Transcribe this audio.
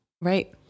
Right